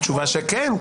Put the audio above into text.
התשובה היא כן.